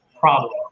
problem